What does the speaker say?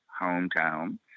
hometown